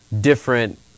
different